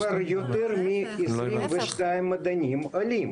כבר יותר מ-22 מדענים עולים.